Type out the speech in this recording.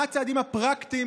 מה הצעדים הפרקטיים